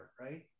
right